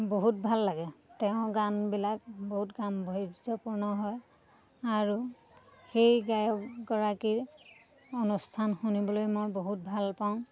বহুত ভাল লাগে তেওঁ গানবিলাক বহুত গাম্ভীৰ্যপূৰ্ণ হয় আৰু সেই গায়কগৰাকীৰ অনুষ্ঠান শুনিবলৈ মই বহুত ভাল পাওঁ